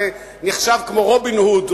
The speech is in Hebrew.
ונחשב לרובין הוד,